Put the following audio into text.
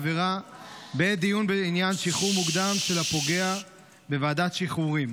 בעת דיון בעניין שחרור מוקדם של הפוגע בוועדת שחרורים.